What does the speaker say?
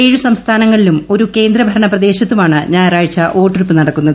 ഏഴ് സംസ്ഥാനങ്ങളിലും ഒരു കേന്ദ്ര ഭരണപ്രദേശത്തുമാണ് ഞായറാഴ്ച വോട്ടെടുപ്പ് നടക്കുന്നത്